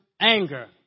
anger